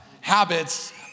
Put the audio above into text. Habits